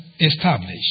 established